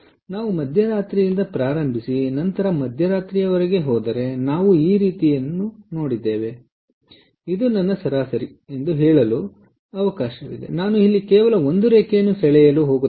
ಆದ್ದರಿಂದ ನಾವು ಮಧ್ಯರಾತ್ರಿಯಿಂದ ಪ್ರಾರಂಭಿಸಿ ನಂತರ ಮಧ್ಯರಾತ್ರಿಯವರೆಗೆ ಹೋದರೆ ನಾವು ಈ ರೀತಿಯದನ್ನು ನೋಡಿದ್ದೇವೆ ಎಂದು ನಾವು ನೋಡಿದ್ದೇವೆ ಇದು ನನ್ನ ಸರಾಸರಿ ಎಂದು ಹೇಳಲು ಅವಕಾಶ ಮಾಡಿಕೊಟ್ಟೆವು ನಾನು ಇಲ್ಲಿ ಕೇವಲ ಒಂದು ರೇಖೆಯನ್ನು ಸೆಳೆಯಲು ಹೋಗುತ್ತೇನೆ